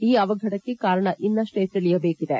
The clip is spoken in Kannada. ಈ ಅವಘಡಕ್ಕೆ ಕಾರಣ ಇನ್ನಷ್ಷೇ ತಿಳಿಯಬೇಕಿದೆ